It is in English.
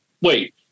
wait